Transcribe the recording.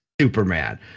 Superman